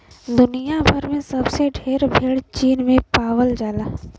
दुनिया भर में सबसे ढेर भेड़ चीन में पावल जाला